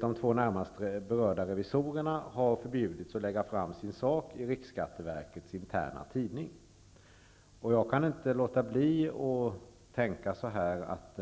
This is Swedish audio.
De två närmast berörda revisorerna har förbjudits att lägga fram sin sak i riksskatteverkets interna tidning. Jag kan inte låta bli att tänka att